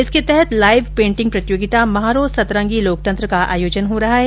इसके तहत live painting प्रतियोगिता म्हारो संतरगी लोकतंत्र का आयोजन हो रहा है